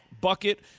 bucket